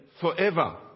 forever